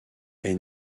est